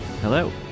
Hello